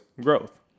growth